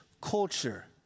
culture